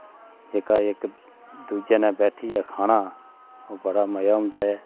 जेह्का इक दुजै नै बैट्ठियै खाना ओह् बड़ा मज़ा औंदा ऐ